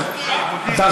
עכשיו?